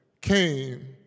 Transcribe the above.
came